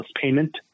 payment